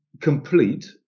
complete